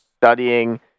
studying